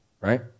right